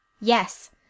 Yes